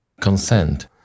consent